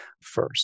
first